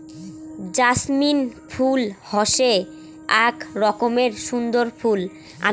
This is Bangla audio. জাছমিন ফুল হসে আক রকমের সুন্দর ফুল